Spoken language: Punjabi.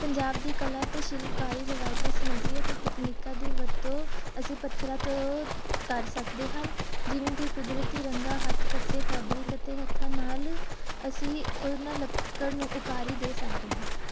ਪੰਜਾਬ ਦੀ ਕਲਾ ਅਤੇ ਸ਼ਿਲਪਕਾਰੀ ਰਿਵਾਇਤਾਂ ਸਮੱਗਰੀ ਅਤੇ ਤਕਨੀਕਾਂ ਦੀ ਵਰਤੋਂ ਅਸੀਂ ਪੱਥਰਾਂ ਤੋਂ ਕਰ ਸਕਦੇ ਹਨ ਜਿਵੇਂ ਕਿ ਕੁਦਰਤੀ ਰੰਗਾਂ ਹੱਥ ਕੱਤੇ ਫੈਬਰਿਕ ਅਤੇ ਹੱਥਾਂ ਨਾਲ ਅਸੀਂ ਉਹਨਾਂ ਲੱਕੜ ਨੂੰ ਉਕਾਰੀ ਦੇ ਸਕਦੇ ਹਾਂ